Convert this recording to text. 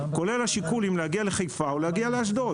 כולל השיקול אם להגיע לחיפה או לאשדוד.